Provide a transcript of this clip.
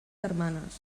germanes